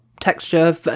texture